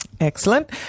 Excellent